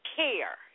care